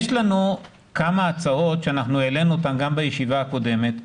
יש לנו כמה הצעות שאנחנו העלינו אותן גם בישיבה הקודמת,